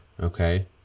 okay